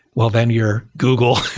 well, then your google,